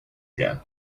again